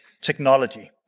technology